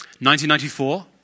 1994